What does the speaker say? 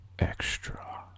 Extra